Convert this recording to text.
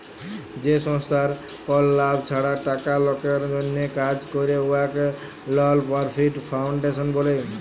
যে সংস্থার কল লাভ ছাড়া টাকা লকের জ্যনহে কাজ ক্যরে উয়াকে লল পরফিট ফাউল্ডেশল ব্যলে